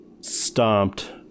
stomped